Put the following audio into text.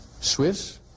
Swiss